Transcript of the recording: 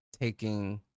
taking